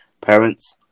Parents